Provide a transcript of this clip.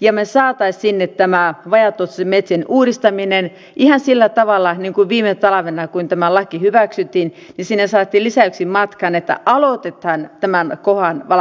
ja me saisimme sinne tämän vajaatuottoisten metsien uudistamisen ihan sillä tavalla niin kuin viime talvena kun tämä laki hyväksyttiin sinne saatiin lisäksi että aloitetaan tämän kohdan valmistelu